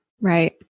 Right